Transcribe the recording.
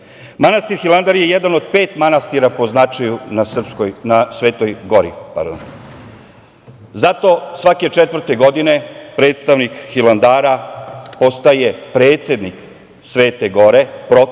Hilandar. Manastir Hilandar je jedan od pet manastira po značaju na Svetoj Gori. Zato svake četvrte godine predstavnik Hilandara postaje predsednik Svete Gore, prot,